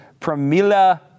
Pramila